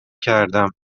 کردم